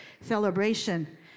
celebration